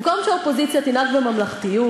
במקום שהאופוזיציה תנהג בממלכתיות,